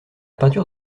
peinture